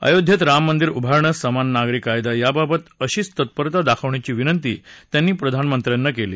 अयोध्येत राममंदिर उभारणं समान नागरी कायदा याबाबत अशीच तत्परता दाखवण्याची विंनती त्यांनी प्रधानमंत्र्यांना केली